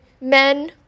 men